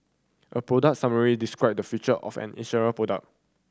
a product summary describe the feature of an insurance product